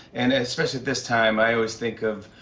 and especially at this time, i always think of